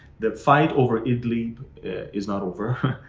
that fight over idlib is not over.